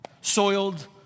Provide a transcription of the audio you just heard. soiled